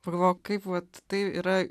pagalvojau kaip vat tai yra